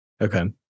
Okay